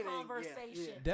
conversation